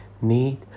need